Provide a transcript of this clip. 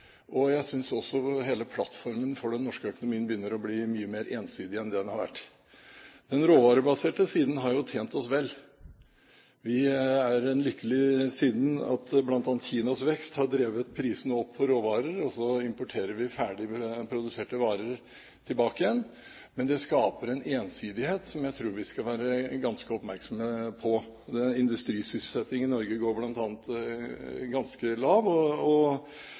og jeg synes også hele plattformen for den norske økonomien begynner å bli mye mer ensidig enn det den har vært. Den råvarebaserte siden har tjent oss vel. Vi er på den lykkelige siden – bl.a. har Kinas vekst drevet prisene opp på råvarer, og vi importerer ferdigproduserte varer tilbake. Men det skaper en ensidighet som jeg tror vi skal være ganske oppmerksom på. Blant annet er industrisysselsettingen i Norge ganske lav, og usikkerheten rundt olje- og